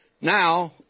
Now